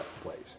place